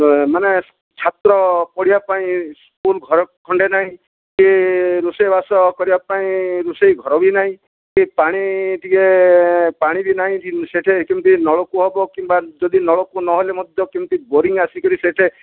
ମାନେ ଛାତ୍ର ପଢ଼ିବା ପାଇଁ ସ୍କୁଲ ଘର ଖଣ୍ଡେ ନାହିଁ କି ରୋଷେଇବାସ କରିବାପାଇଁ ରୋଷେଇ ଘର ବି ନାହିଁ କି ପାଣି ଟିକିଏ ପାଣି ବି ନାହିଁ ସେଠି କେମିତି ନଲକୂପ ହେବ କିମ୍ବା ଯଦି ନଳକୂପ ନହେଲେ ମଧ୍ୟ କେମିତି ବୋରିଙ୍ଗ ଆସିକିରି ସେଠି